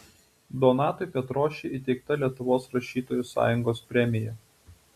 donatui petrošiui įteikta lietuvos rašytojų sąjungos premija